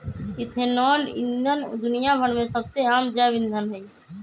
ethanol ईंधन दुनिया भर में सबसे आम जैव ईंधन हई